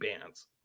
bands